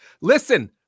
Listen